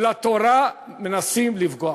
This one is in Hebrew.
ולתורה מנסים לפגוע.